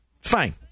Fine